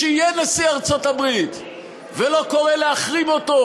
שיהיה נשיא ארצות-הברית ולא קורא להחרים אותו,